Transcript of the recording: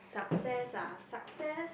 success ah success